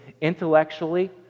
intellectually